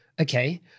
okay